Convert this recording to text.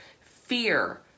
fear